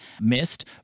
missed